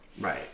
Right